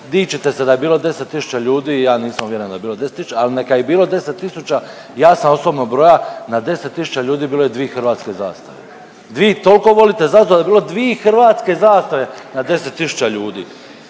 Dičite se da je bilo 10 tisuća ljudi, ja nisam uvjeren da je bilo 10 tisuća, ali neka je i bilo 10 tisuća. Ja sam osobno broja na 10 tisuća ljudi bilo je dvi hrvatske zastave. Vi ih toliko volite zato je bilo dvi hrvatske zastave na 10 tisuća ljudi.